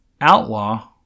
outlaw